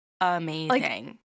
amazing